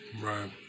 Right